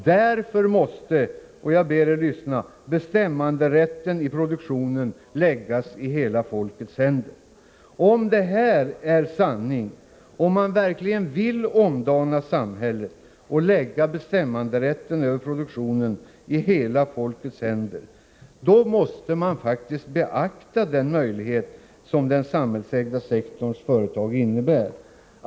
Därför måste bestämmanderätten över produktionen läggas i hela folkets händer.” Om detta är sanning, om socialdemokraterna verkligen vill ”omdana samhället” och lägga ”bestämmanderätten över produktionen i hela folkets händer”, måste de faktiskt beakta den möjlighet som den samhällsägda sektorns företag innebär.